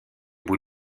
bout